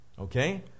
Okay